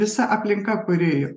visa aplinka kuri